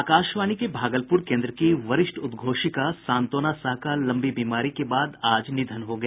आकाशवाणी के भागलपुर केन्द्र की वरिष्ठ उद्घोषिका सांत्वना साह का लम्बी बीमारी के बाद आज निधन हो गया